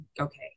Okay